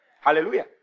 Hallelujah